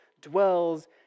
dwells